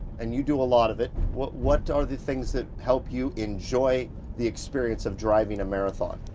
and you do a lot of it, what what are the things that help you enjoy the experience of driving a marathon?